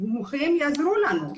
הסמוכים יעזרו לנו.